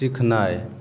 सीखनाइ